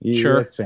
Sure